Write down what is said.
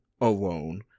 alone